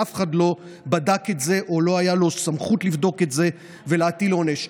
ואף אחד לא בדק את זה או לא הייתה לו סמכות לבדוק את זה ולהטיל לעונש.